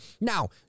Now